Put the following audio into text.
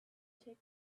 take